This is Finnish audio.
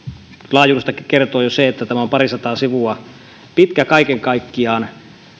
laajuudesta kertoo jo sekin että tämä on parisataa sivua pitkä kaiken kaikkiaan